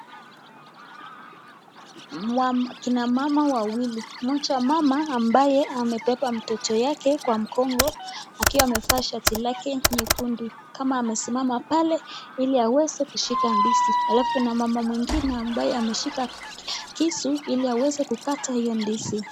Akina wamama wawili moja wa wamama ambaye amepepa mtoto yake kwa mgongo akiwa amevaa shati lake nyekundu kama amesimama pale hili aweze kushika ndizi, alafu mama mwingine ambaye ameshika kisu hili aweze kukata hiyo ndizi.